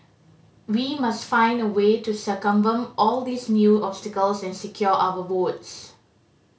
we must find a way to circumvent all these new obstacles and secure our votes